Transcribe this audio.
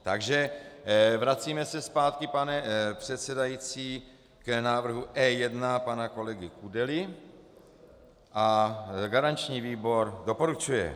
Takže se vracíme zpátky, pane předsedající, k návrhu E1 pana kolegy Kudely a garanční výbor doporučuje.